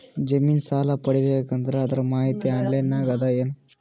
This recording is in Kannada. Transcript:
ಜಮಿನ ಸಾಲಾ ಪಡಿಬೇಕು ಅಂದ್ರ ಅದರ ಮಾಹಿತಿ ಆನ್ಲೈನ್ ನಾಗ ಅದ ಏನು?